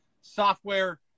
software